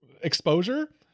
exposure